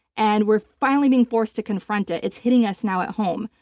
and we're finally being forced to confront it. it's hitting us now at home.